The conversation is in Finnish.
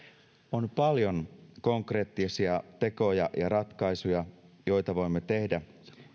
on paljon konkreettisia tekoja ja ratkaisuja joita voimme tehdä